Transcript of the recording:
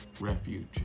refuge